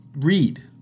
read